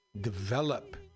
develop